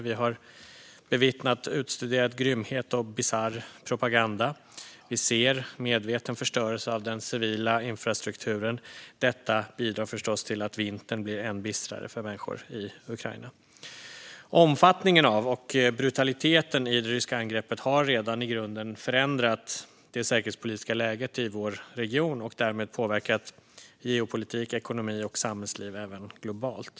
Vi har bevittnat utstuderad grymhet och bisarr propaganda. Vi ser medveten förstörelse av den civila infrastrukturen. Detta bidrar förstås till att vintern blir än bistrare för människor i Ukraina. Omfattningen av och brutaliteten i det ryska angreppet har redan i grunden förändrat det säkerhetspolitiska läget i vår region och därmed påverkat geopolitik, ekonomi och samhällsliv även globalt.